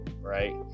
right